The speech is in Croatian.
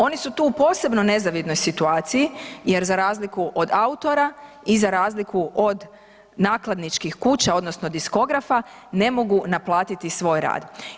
Oni su tu u posebno nezavidnoj situaciji jer za razliku od autora, i za razliku od nakladničkih kuća odnosno diskografa, ne mogu naplatiti svoj rad.